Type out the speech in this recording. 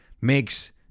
makes